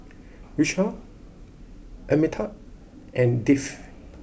Vishal Amitabh and Dev